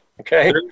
Okay